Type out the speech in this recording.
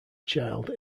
child